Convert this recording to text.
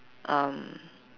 um